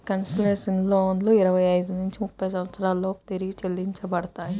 concessional లోన్లు ఇరవై ఐదు నుంచి ముప్పై సంవత్సరాల లోపు తిరిగి చెల్లించబడతాయి